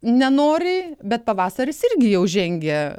nenoriai bet pavasaris irgi jau žengia